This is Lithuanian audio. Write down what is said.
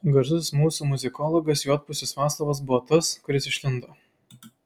garsusis mūsų muzikologas juodpusis vaclovas buvo tas kuris išlindo